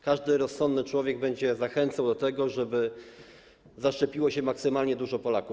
Każdy rozsądny człowiek będzie zachęcał do tego, żeby zaszczepiło się maksymalnie dużo Polaków.